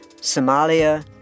Somalia